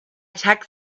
tax